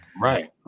Right